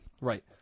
right